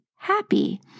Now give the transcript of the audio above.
happy